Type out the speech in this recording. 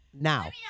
Now